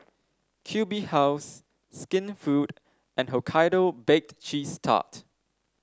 Q B House Skinfood and Hokkaido Baked Cheese Tart